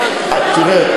תראה,